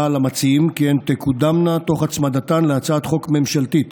למציעים כי הן תקודמנה תוך הצמדתן להצעת חוק ממשלתית